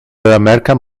american